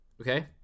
Okay